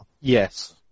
Yes